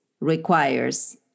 requires